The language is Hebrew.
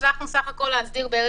הצלחנו להסדיר בסך הכול כ-10.